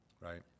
right